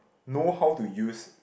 know how to use